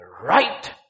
right